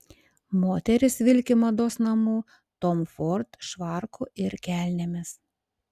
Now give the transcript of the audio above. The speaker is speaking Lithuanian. moteris vilki mados namų tom ford švarku ir kelnėmis